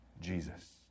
Jesus